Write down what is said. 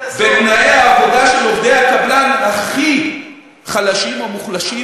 בתנאי העבודה של עובדי הקבלן הכי חלשים או מוחלשים,